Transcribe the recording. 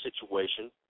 situation